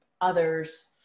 others